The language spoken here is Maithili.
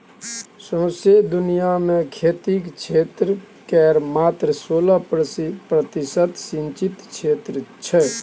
सौंसे दुनियाँ मे खेतीक क्षेत्र केर मात्र सोलह प्रतिशत सिचिंत क्षेत्र छै